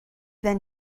then